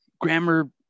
Grammar